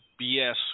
BS